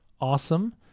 awesome